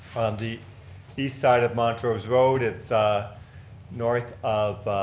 the east side of montrose road it's north of,